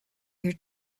your